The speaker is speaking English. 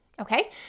okay